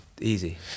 easy